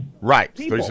Right